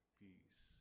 peace